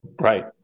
Right